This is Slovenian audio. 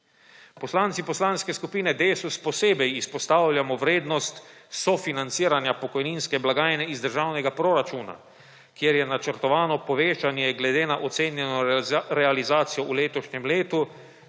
Poslanci Poslanske skupine Desus posebej izpostavljamo vrednost sofinanciranja pokojninske blagajne iz državnega proračuna, kjer je načrtovano povečanje glede na ocenjeno realizacijo v letošnjem letu